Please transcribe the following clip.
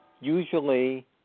usually